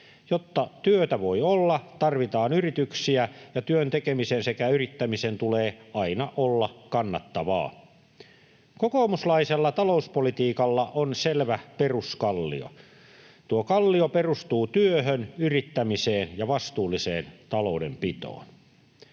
Jotta työtä voi olla, tarvitaan yrityksiä, ja työn tekemisen sekä yrittämisen tulee aina olla kannattavaa. Kokoomuslaisella talouspolitiikalla on selvä peruskallio. Tuo kallio perustuu työhön, yrittämiseen ja vastuulliseen taloudenpitoon.